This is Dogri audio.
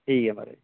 ठीक ऐ महाराज